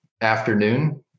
afternoon